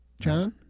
John